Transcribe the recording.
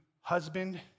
husband